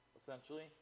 essentially